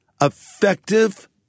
effective